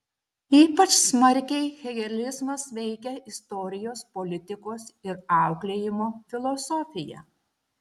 ypač smarkiai hegelizmas veikia istorijos politikos ir auklėjimo filosofiją